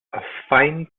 affine